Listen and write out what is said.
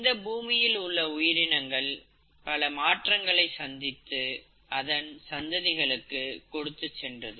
இந்த பூமியில் உள்ள உயிரினங்கள் பல மாற்றங்களை சந்தித்து அதன் சந்ததிகளுக்கு கொடுத்துச் சென்றது